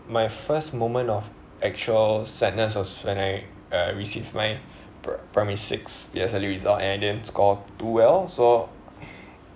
my first moment of actual sadness was when I uh receive my pri~ primary six P_S_L_E results I didn't score too well so